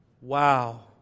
Wow